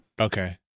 Okay